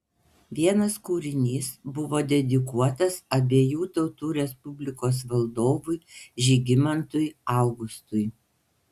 vienas kūrinys buvo dedikuotas abiejų tautų respublikos valdovui žygimantui augustui